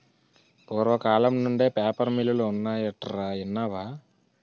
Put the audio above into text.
పూర్వకాలం నుండే పేపర్ మిల్లులు ఉన్నాయటరా ఇన్నావా